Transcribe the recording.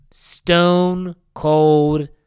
Stone-cold